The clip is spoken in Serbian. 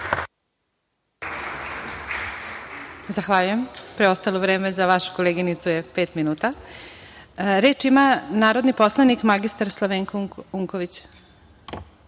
Zahvaljujem. Preostalo vreme za vašu koleginicu je pet minuta. Reč ima narodni poslanik mr Slavenko